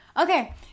Okay